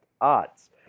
odds